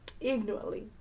ignorantly